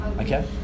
okay